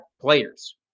players